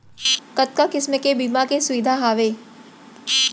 कतका किसिम के बीमा के सुविधा हावे?